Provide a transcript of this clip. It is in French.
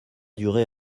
durer